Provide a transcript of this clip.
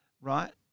right